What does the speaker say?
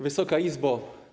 Wysoka Izbo!